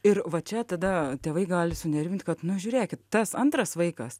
ir va čia tada tėvai gali sunerimt kad nu žiūrėkit tas antras vaikas